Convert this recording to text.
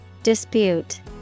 Dispute